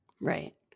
Right